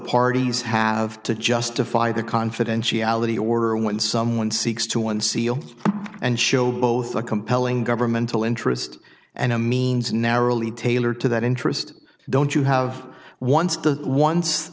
parties have to justify the confidentiality order when someone seeks to unseal and show both a compelling governmental interest and a means narrowly tailored to that interest don't you have once